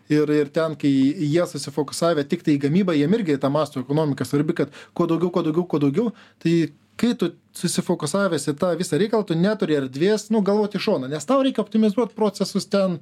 ir ir ten kai jie susifokusavę tiktai į gamybą jiem irgi ta masto ekonomika svarbi kad kuo daugiau kuo daugiau kuo daugiau tai kai tu susifokusavęs į tą visą reikalą tu neturi erdvės nu galvot į šoną nes tau reikia optimizuot procesus ten